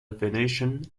venation